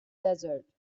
desert